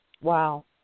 Wow